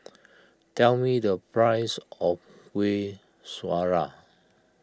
tell me the price of Kueh Syara